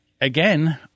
again